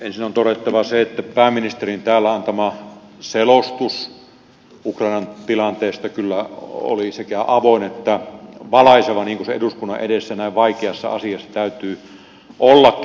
ensin on todettava se että pääministerin täällä antama selostus ukrainan tilanteesta kyllä oli sekä avoin että valaiseva niin kuin se eduskunnan edessä näin vaikeassa asiassa täytyy ollakin